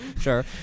sure